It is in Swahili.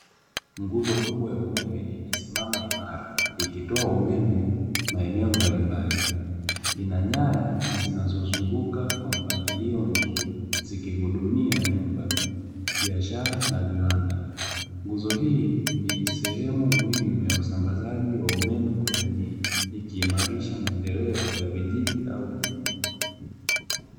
Nguzo kubwa ya umeme imesimama imara ikitoa umeme maeneo mbalimbali, ina nyaya zinazozunguka kwa mpangilio mzuri zikihudumia nyumba, biashara na viwanda. Nguzo hii ni sehemu muhimu ya usambazaji wa umeme kwa jamii ikiimarisha maendeleo ya vijiji au jiji.